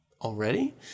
already